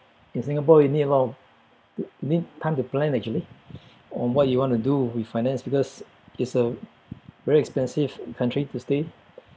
in Singapore you need a lot of you need time to plan actually on what you want to do with finance because it's a very expensive country to stay in